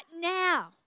now